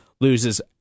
loses